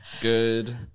good